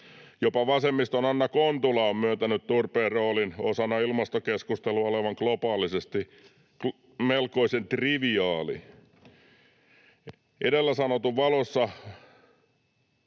Jopa vasemmiston Anna Kontula on myöntänyt turpeen roolin osana ilmastokeskustelua olevan globaalisesti melkoisen triviaali. Edellä sanotun valossa